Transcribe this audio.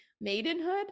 maidenhood